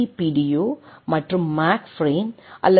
U மற்றும் மேக் frame அல்லது எல்